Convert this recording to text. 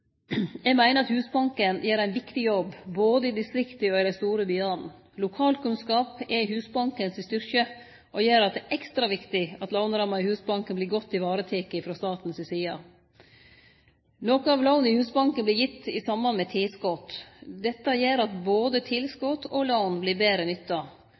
Eg meiner at Husbanken gjer ein viktig jobb både i distrikta og i dei store byane. Lokalkunnskap er Husbanken sin styrke og gjer at det er ekstra viktig at låneramma i Husbanken vert godt ivareteken frå staten si side. Nokre av låna i Husbanken vert gitt i samband med tilskot. Dette gjer at både tilskot og lån vert betre nytta.